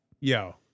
Yo